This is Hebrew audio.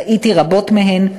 ראיתי רבות מהן,